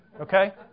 Okay